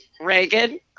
Reagan